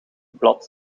blad